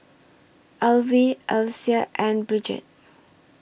Alvie Alysa and Bridget